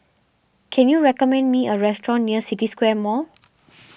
can you recommend me a restaurant near City Square Mall